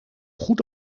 goed